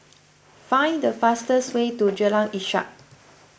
find the fastest way to Jalan Ishak